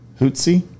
Hootsie